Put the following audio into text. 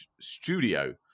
Studio